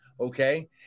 okay